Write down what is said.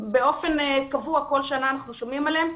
שבאופן קבוע, כל שנה, אנחנו שומעים עליהם,